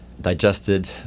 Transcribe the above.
digested